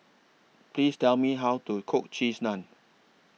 Please Tell Me How to Cook Cheese Naan